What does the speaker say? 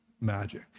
magic